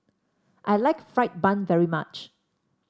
I like fried bun very much